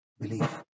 belief